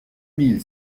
mille